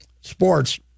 sports